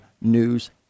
news